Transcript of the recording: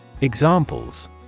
Examples